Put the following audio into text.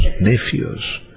nephews